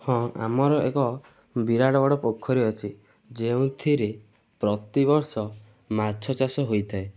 ହଁ ଆମର ଏକ ବିରାଟ ବଡ଼ ପୋଖରୀ ଅଛି ଯେଉଁଥିରେ ପ୍ରତିବର୍ଷ ମାଛ ଚାଷ ହୋଇଥାଏ